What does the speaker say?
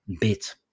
bit